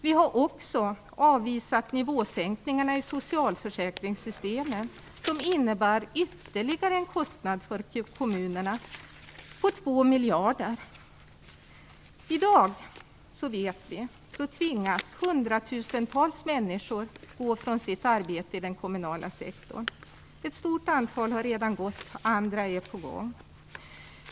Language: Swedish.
Vi har också avvisat nivåsänkningarna i socialförsäkringssystemen som innebär ytterligare en kostnad för kommunerna på 2 miljarder kronor. I dag tvingas hundratusentals människor gå från sitt arbete i den kommunala sektorn. Ett stort antal har redan gått. Andra är på gång.